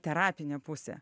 terapinė pusė